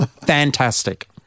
Fantastic